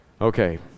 Okay